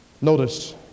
Notice